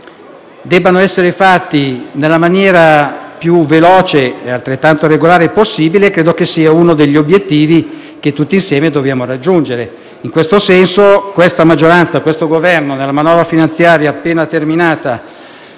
debbano essere fatti nella maniera più veloce e altrettanto regolare possibile; credo che questo sia uno degli obiettivi che tutti insieme dobbiamo raggiungere. In questo senso questa maggioranza e questo Governo, nella manovra finanziaria appena terminata,